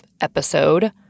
episode